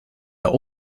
der